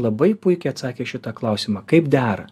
labai puikiai atsakė į šitą klausimą kaip dera